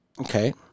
okay